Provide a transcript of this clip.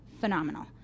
phenomenal